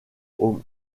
aux